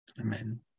Amen